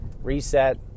reset